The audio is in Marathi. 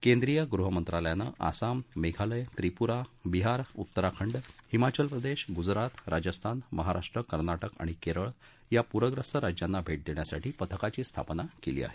केंद्रीय गृहमंत्रालयानं आसाम मेघालय त्रिपुरा बिहार उत्तराखंड हिमाचल प्रदेश गुजरात राजस्थान महाराष्ट्र कर्नाटक आणि केरळ या पूरग्रस्त राज्यांना भेट देण्यासाठी पथकाची स्थापना केली आहे